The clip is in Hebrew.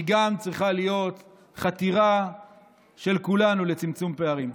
היא גם צריכה להיות חתירה של כולנו לצמצום פערים.